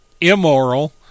immoral